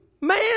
man